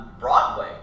Broadway